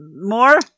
More